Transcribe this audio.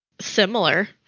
similar